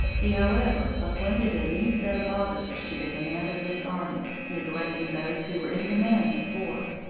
he, however, appointed a new set of officers to the command of this army, neglecting those who were in command before,